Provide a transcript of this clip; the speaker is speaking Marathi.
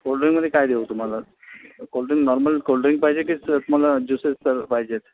कोल्ड्रिंकमध्ये काय देऊ तुम्हाला कोल्ड्रिंक नॉर्मल कोल्ड्रिंक पाहिजे की तुम्हाला ज्युसेस पा पाहिजेत